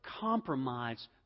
compromise